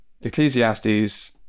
Ecclesiastes